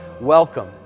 Welcome